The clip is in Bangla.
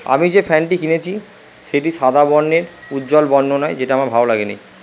আমি যে ফ্যানটি কিনেছি সেটি সাদা বর্ণের উজ্জ্বল বর্ণ নয় যেটা আমার ভালো লাগেনি